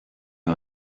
you